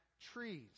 trees